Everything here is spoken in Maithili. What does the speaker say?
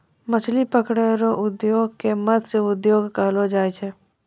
मछली पकड़ै रो उद्योग के मतस्य उद्योग कहलो जाय छै